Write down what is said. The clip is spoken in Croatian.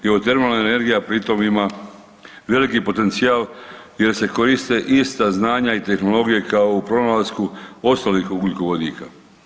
Geotermalna energija pri tom ima veliki potencijal jer se koriste ista znanja i tehnologije kao u pronalasku ostalih ugljikovodika.